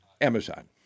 Amazon